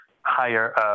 higher